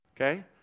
Okay